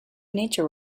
nature